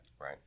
right